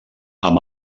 amb